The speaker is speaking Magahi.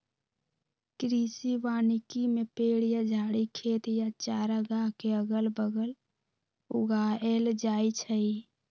कृषि वानिकी में पेड़ या झाड़ी खेत या चारागाह के अगल बगल उगाएल जाई छई